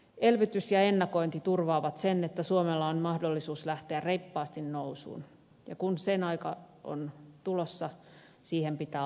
elvytys ja ennakointi turvaavat sen että suomella on mahdollisuus lähteä reippaasti nousuun ja kun sen aika on tulossa siihen pitää olla valmius